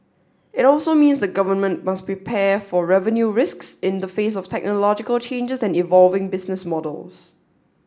it also means the government must prepare for revenue risks in the face of technological changes and evolving business models